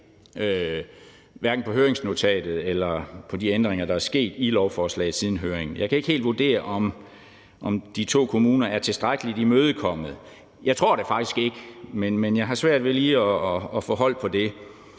hverken ud fra høringsnotatet eller ud fra de ændringer, der er sket i lovforslaget siden høringen, om de to kommuner er tilstrækkeligt imødekommet. Jeg tror det faktisk ikke, men jeg har svært ved lige at få hold på det.